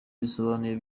risobanuye